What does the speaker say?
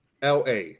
LA